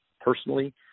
personally